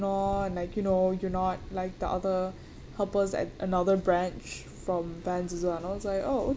and all and like you know you're not like the other helpers at another branch from Vans as well and I was like oh